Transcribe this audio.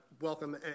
welcome